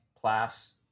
class